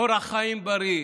אורח חיים בריא,